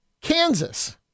Kansas